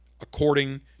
according